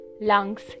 lungs